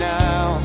now